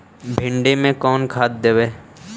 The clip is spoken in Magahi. भिंडी में कोन खाद देबै?